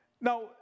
Now